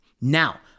Now